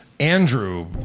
Andrew